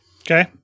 Okay